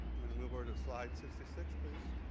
i'm going move ah to slide sixty six, please.